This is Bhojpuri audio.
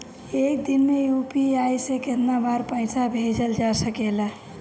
एक दिन में यू.पी.आई से केतना बार पइसा भेजल जा सकेला?